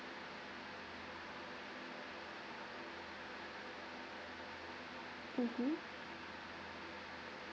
mmhmm